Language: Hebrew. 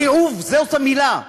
תיעוב, זאת המילה.